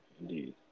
indeed